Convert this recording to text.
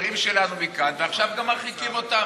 חברים שלנו מכאן, ועכשיו גם מרחיקים אותם.